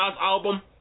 album